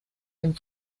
dem